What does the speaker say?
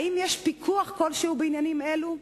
האם יש פיקוח כלשהו בעניינים אלו?